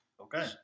Okay